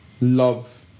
love